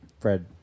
Fred